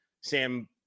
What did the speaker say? Sam